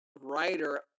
writer